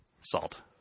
Salt